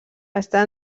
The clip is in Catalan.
està